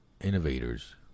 innovators